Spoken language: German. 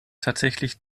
tatsächlich